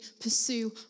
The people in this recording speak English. pursue